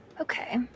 Okay